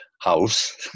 house